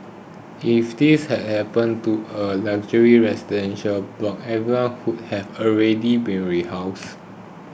if this happened to a luxury residential block everyone would have already been rehoused